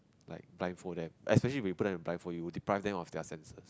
like blindfold them especially when you put them a blindfold you will deprive them of their senses